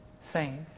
saint